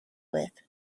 with